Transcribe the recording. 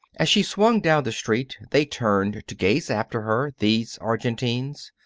as she swung down the street they turned to gaze after her these argentines.